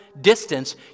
distance